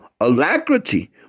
alacrity